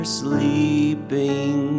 sleeping